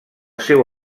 seu